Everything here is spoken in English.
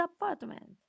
apartment